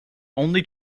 only